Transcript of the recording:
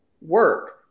work